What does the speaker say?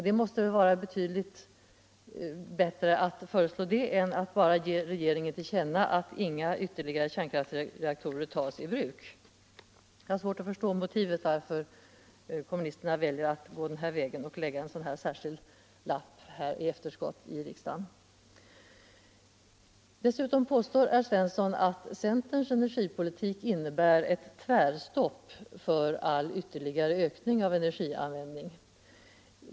Det måste väl vara betydligt bättre att föreslå det än att man bara vill ge regeringen till känna att inga ytterligare kärnkraftsreaktorer tas i bruk. Jag har alltså svårt att förstå motivet till att kommunisterna väljer att gå den här vägen och lämna en särskild lapp i efterskott i kammaren. Herr Svensson påstår att centerns energipolitik innebär ett tvärstopp för all ytterligare ökning av energianvändning.